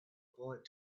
bullet